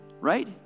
right